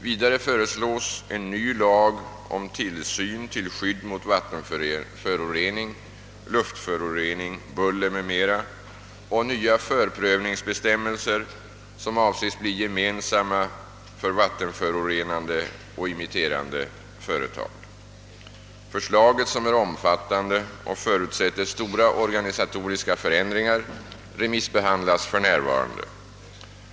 Vidare föreslås en ny lag om tillsyn till skydd mot vattenförorening, luftförorening, buller m.m. samt nya förprövningsbestämmelser, som avses bli gemensamma för vattenförorenande och immitterande företag. Förslaget, som är omfattande och förutsätter stora organisatoriska förändringar, remissbehandlas f.n.